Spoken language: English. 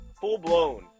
full-blown